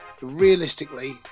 Realistically